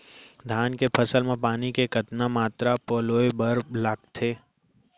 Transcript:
धान के फसल म पानी के कतना मात्रा पलोय बर लागथे?